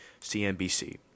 CNBC